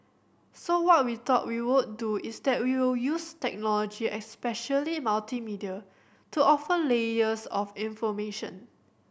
so what we thought we would do is that we will use technology especially multimedia to offer layers of information